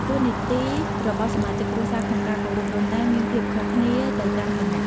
តួនាទីរបស់សមាជិកគ្រួសារក្នុងការគោរពដូនតាមានភាពខុសគ្នាទៅតាមឋានៈ។